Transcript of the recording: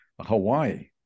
Hawaii